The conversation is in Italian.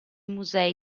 musei